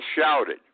shouted